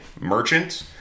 merchant